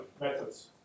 methods